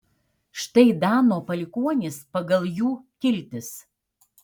štai dano palikuonys pagal jų kiltis